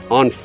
on